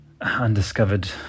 undiscovered